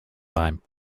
time